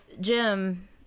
Jim